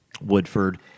Woodford